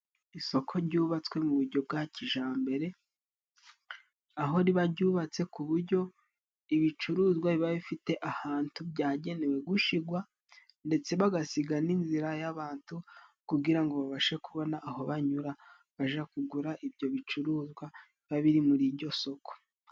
Isoko ryubatswe mu buryo bwa kijyambere aho riba ryubatse ku buryo ibicuruzwa biba bifite ahantu byagenewe gushigwa ndetse bagasiga n'inzira y'abantu kugira ngo babashe kubona aho banyura baja kugura ibyo bicuruzwa biba biri muri iryo soko.